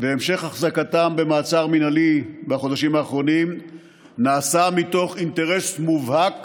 והמשך החזקתם במעצר מינהלי בחודשים האחרונים נעשו מתוך אינטרס מובהק